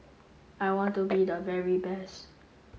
I want to be the very best